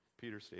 Peter